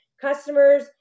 customers